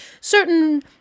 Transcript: certain